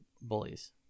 bullies